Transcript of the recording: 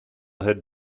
had